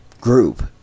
group